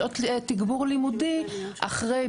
שעות תגבור לימודי אחרי,